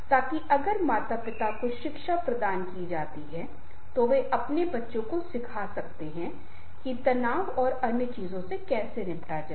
ताकि अगर माता पिता को शिक्षा प्रदान की जाती है तो वे अपने बच्चे को सिखा सकते हैं कि तनाव और अन्य चीजों से कैसे निपटें